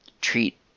treat